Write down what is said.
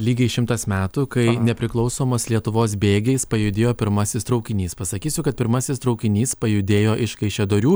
lygiai šimtas metų kai nepriklausomos lietuvos bėgiais pajudėjo pirmasis traukinys pasakysiu kad pirmasis traukinys pajudėjo iš kaišiadorių